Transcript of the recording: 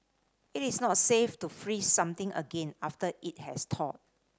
it is not safe to freeze something again after it has thawed